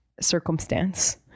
circumstance